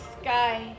sky